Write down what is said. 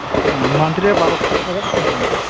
ᱦᱩᱸ ᱢᱟᱱᱛᱷ ᱨᱮᱭᱟᱜ ᱵᱟᱨᱚᱥᱚ ᱴᱟᱠᱟ ᱠᱟᱛᱮ ᱦᱩᱸ